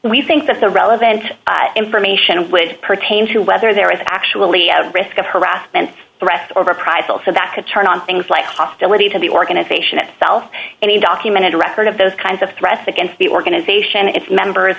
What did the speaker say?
we think that the relevant information would pertain to whether there is actually out risk of harassment arrest or reprisals so that could turn on things like hostility to the organization itself any documented record of those kinds of threats against the organization its members